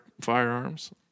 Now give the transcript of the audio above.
firearms